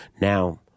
Now